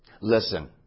Listen